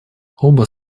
оба